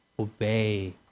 Obey